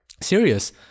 serious